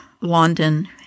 London